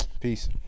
peace